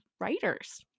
writers